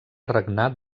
regnar